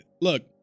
Look